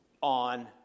on